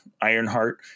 Ironheart